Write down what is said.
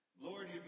Lord